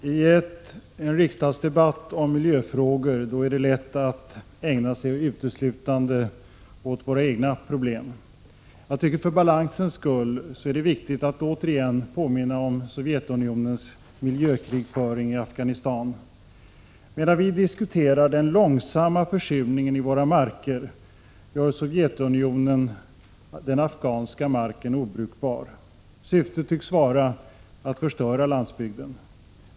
Herr talman! I en riksdagsdebatt om miljöfrågor är det lätt att ägna sig uteslutande åt våra egna problem. Jag tycker för balansens skull att det är viktigt att återigen påminna om Sovjetunionens miljökrigföring i Afghanistan. Medan vi diskuterar den långsamma försurningen i våra marker gör Sovjetunionen den afghanska marken obrukbar. Syftet tycks vara att förstöra landsbygden.